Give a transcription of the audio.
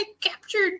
captured